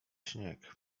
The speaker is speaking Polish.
śnieg